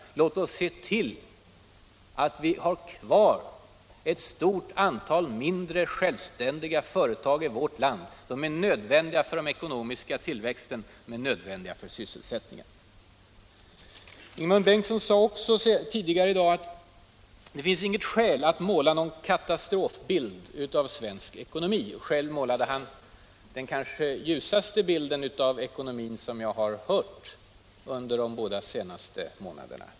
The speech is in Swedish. Låt oss se till att vi har kvar ett stort antal mindre, självständiga företag i vårt land! De är viktiga för den ekonomiska tillväxten, de är nödvändiga för sysselsättningen. Ingemund Bengtsson sade tidigare i dag att det inte finns skäl att måla någon ”katastrofbild” av svensk ekonomi. Själv målade han upp den kanske ljusaste bild av ekonomin som jag har hört under de båda senaste månaderna.